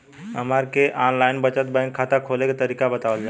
हमरा के online बचत बैंक खाता खोले के तरीका बतावल जाव?